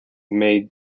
may